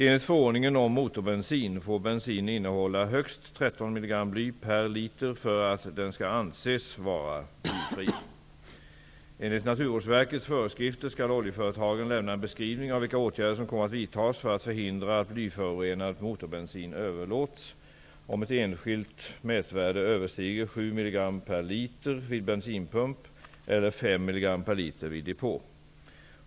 Enligt förordningen om motorbensin får bensin innehålla högst 13 mg bly per liter för att den skall anses vara blyfri. Enligt Naturvårdsverkets föreskrifter skall oljeföretagen lämna en beskrivning av vilka åtgärder som kommer att vidtas för att förhindra att blyförorenad motorbensin överlåts, om ett enskilt mätvärde överstiger 7 mg per liter vid bensinpump eller 5 mg per liter vid depå.